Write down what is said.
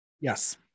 Yes